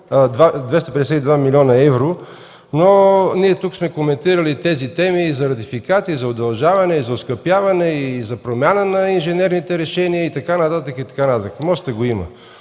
252 млн. евро, но ние тук сме коментирали тези теми – за ратификации за удължаване, за оскъпяване, за промяна на инженерните решения и така нататък, и така